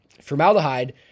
formaldehyde